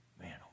Man